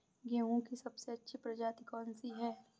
गेहूँ की सबसे अच्छी प्रजाति कौन सी है?